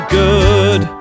good